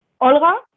Olga